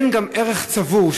אין גם ערך צבור,